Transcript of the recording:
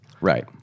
Right